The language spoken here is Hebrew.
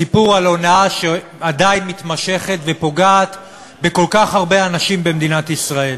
סיפור על הונאה שעדיין מתמשכת ופוגעת בכל כך הרבה אנשים במדינת ישראל.